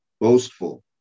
Boastful